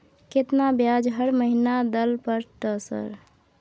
केतना ब्याज हर महीना दल पर ट सर?